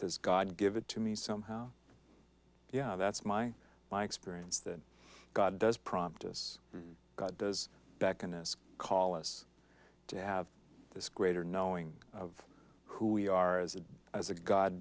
does god give it to me somehow yeah that's my experience that god does prompt us god does back and call us to have this greater knowing of who we are as a as a god